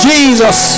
Jesus